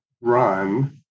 run